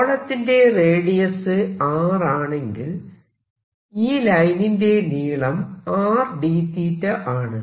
ഗോളത്തിന്റെ radius R ആണെങ്കിൽ ഈ ലൈനിന്റെ നീളം R d ആണ്